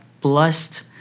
blessed